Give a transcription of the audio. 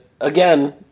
again